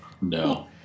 No